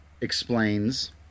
explains